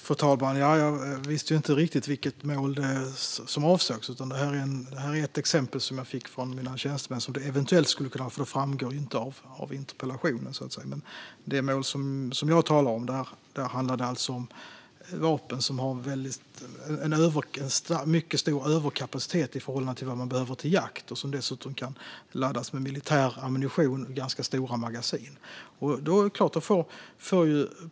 Fru talman! Jag visste inte riktigt vilket mål som avsågs. Detta var ett exempel som jag fick av mina tjänstemän och som det eventuellt kunde vara, för vilket det var framgick inte av interpellationen. Det mål som jag talade om handlade om vapen som har en stor överkapacitet i förhållande till vad man behöver till jakt och som dessutom kan laddas med militär ammunition och ganska stora magasin.